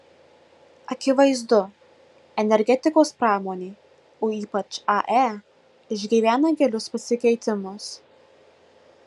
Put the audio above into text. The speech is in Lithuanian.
akivaizdu energetikos pramonė o ypač ae išgyvena gilius pasikeitimus